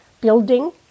building